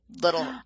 Little